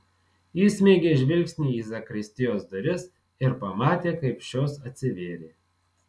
įsmeigė žvilgsnį į zakristijos duris ir pamatė kaip šios atsivėrė